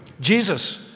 Jesus